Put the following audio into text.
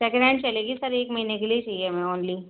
second hand चलेगी sir एक महीने के लिए चाहिए हमें ऑनली